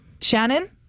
Shannon